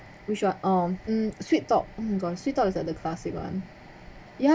which one um mm sweet top mm gone sweet top is that the classic one ya